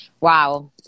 Wow